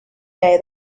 day